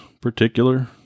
particular